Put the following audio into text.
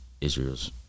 Israel's